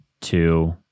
two